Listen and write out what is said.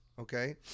okay